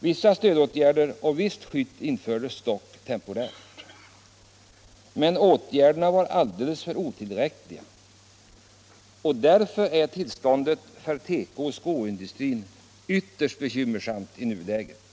Vissa stödåtgärder och visst skydd infördes dock temporärt. Men åtgärderna var helt otillräckliga. Därför är tillståndet för tekooch skoindustrin ytterst bekymmersamt i nuläget.